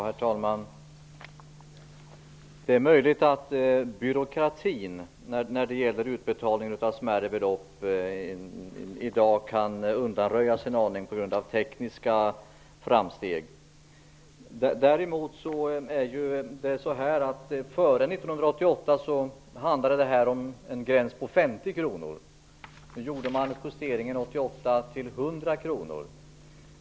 Herr talman! Det är möjligt att byråkratin när det gäller utbetalning av smärre belopp i dag kan undanröjas en aning till följd av tekniska framsteg. Före 1988 handlade det om en gräns vid 50 kr. 1988 gjorde man en justering uppåt till 100 kr.